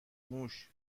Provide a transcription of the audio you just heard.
موش